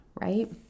right